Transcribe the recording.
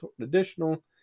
additional